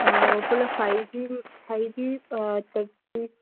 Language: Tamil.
ஃபுல்லாக five G five G thirty